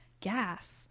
gas